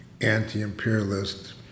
anti-imperialist